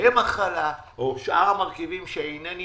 מחיר הקמח עלה או שאר המרכיבים שאינני